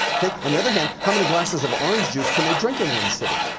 on the other hand, how many glasses of orange juice can they drink in one sitting?